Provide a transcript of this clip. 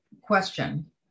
question